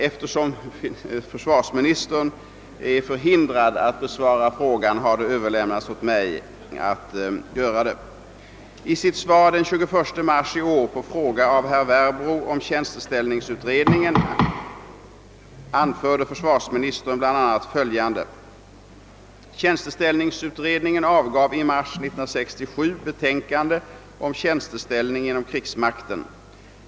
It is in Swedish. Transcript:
Eftersom försvarsministern är hindrad att besvara frågan har det överlämnats åt mig att göra det. redningen anförde försvarsministern bl.a. följande. Tjänsteställningsutred ningen avgav i mars 1967 betänkande om tjänsteställning inom krigsmakten.